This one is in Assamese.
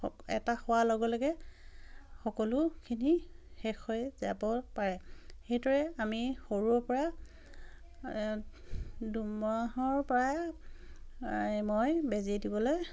এটা হোৱাৰ লগে লগে সকলোখিনি শেষ হৈ যাব পাৰে সেইদৰে আমি সৰুৰেপৰা দুমাহৰপৰাই এই মই বেজী দিবলৈ